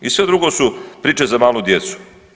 I sve drugo su priče za malu djecu.